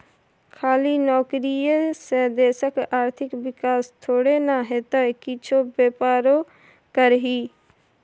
खाली नौकरीये से देशक आर्थिक विकास थोड़े न हेतै किछु बेपारो करही